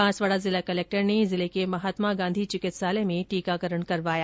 बांसवाड़ा जिला कलेक्टर ने जिले के महात्मा गांधी चिकित्सालय में टीकाकरण करवाया